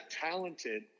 talented